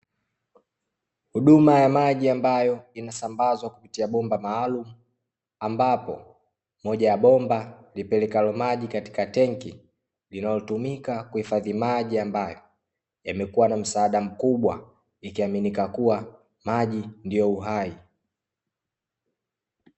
Huduma ya maji ambayo inasambazwa kupitia bomba maalumu, ambapo moja ya bomba lipelekalo maji katika ya tenki linalotumika kuhifadhi maji, ambayo yamekuwa msaada mkubwa ikiaminika kuwa maji ndio uhai.